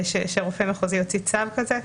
שרופא מחוזי יוציא צו כזה,